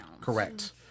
Correct